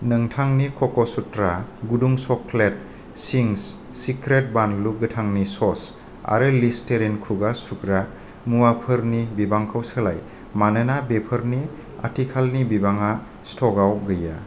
नोंथांनि कक'सुत्रा गुदुं चक्लेट चिंस सिक्रेट बानलु गोथांनि स'स आरो लिस्टेरिन खुगा सुग्रा मुवाफोरनि बिबांखौ सोलाय मानोना बेफोरनि आथिखालनि बिबाङा स्टकआव गैया